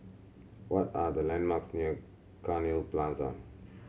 what are the landmarks near Cairnhill Plaza